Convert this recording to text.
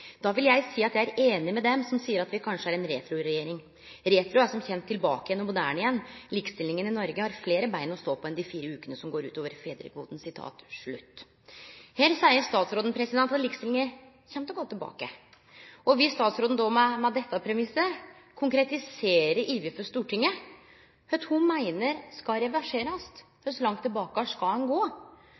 Da vil jeg si at jeg er enig med dem som sier at vi kanskje er retro-regjeringen. Retro er som kjent tilbake igjen og moderne igjen. Likestillingen i Norge har flere bein å stå på enn de fire ukene som går ut over fedrekvoten.» Her seier statsråden at likestillinga kjem til å gå tilbake. Viss statsråden, med denne premissen, konkretiserer overfor Stortinget kva ho meiner skal reverserast, kor langt tilbake ein skal gå